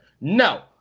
No